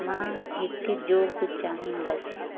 मां हिकु जोक चाहींदसि